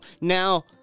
now